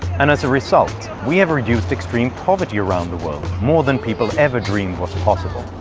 and as a result, we have reduced extreme poverty around the world more than people ever dreamed was possible.